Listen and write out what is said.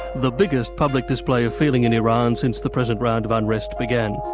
the biggest public display of feeling in iran since the present round of unrest began.